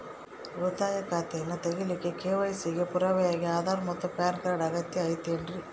ಉಳಿತಾಯ ಖಾತೆಯನ್ನ ತೆರಿಲಿಕ್ಕೆ ಕೆ.ವೈ.ಸಿ ಗೆ ಪುರಾವೆಯಾಗಿ ಆಧಾರ್ ಮತ್ತು ಪ್ಯಾನ್ ಕಾರ್ಡ್ ಅಗತ್ಯ ಐತೇನ್ರಿ?